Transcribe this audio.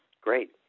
great